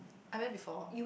I went before